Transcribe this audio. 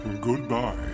Goodbye